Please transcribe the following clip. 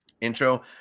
intro